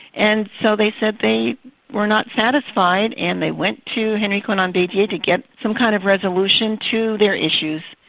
and so they said they were not satisfied, and they went to henri konan bedie to get some kind of resolution to their issues.